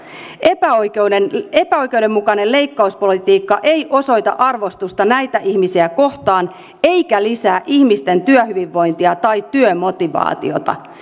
epäoikeudenmukainen epäoikeudenmukainen leikkauspolitiikka ei osoita arvostusta näitä ihmisiä kohtaan eikä lisää ihmisten työhyvinvointia tai työmotivaatiota